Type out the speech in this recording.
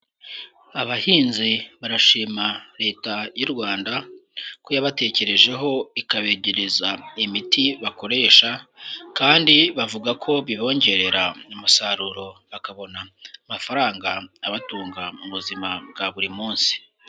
Abahinzi barashima Leta, y'u Rwanda. Ko yabatekerejeho, ikabegereza imiti, bakoresha. Kandi bavuga ko bibongerera umusaruro, bakabona amafaranga abatunga, mu buzima bwa buri munsi.